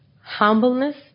humbleness